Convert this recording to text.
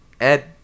Ed